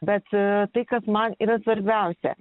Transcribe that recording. bet a tai kas man yra svarbiausia